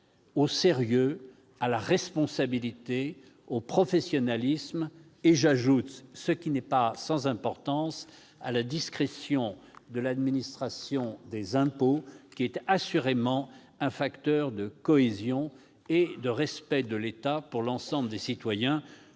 au sérieux, à la responsabilité, au professionnalisme, mais aussi- et ce n'est pas sans importance -à la discrétion de l'administration des impôts, laquelle est assurément un facteur de cohésion et de respect de l'État pour l'ensemble des citoyens,